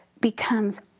becomes